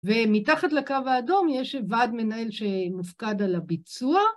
ומתחת לקו האדום יש ועד מנהל שמופקד על הביצוע.